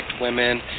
women